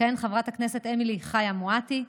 תכהן חברת הכנסת אמילי חיה מואטי.